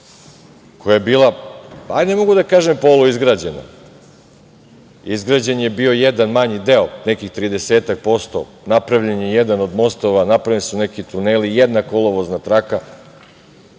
koja je bila, ne mogu da kažem, poluizgrađena, izgrađen je bio jedan manji deo, nekih 30%, napravljen je jedan od mostova, napravljeni su neki tuneli, jedna kolovozna traka.